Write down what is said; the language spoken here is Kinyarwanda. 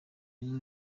jizzo